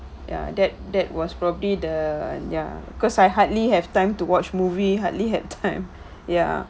ya that that was probably the ya cause I hardly have time to watch movie hardly have time ya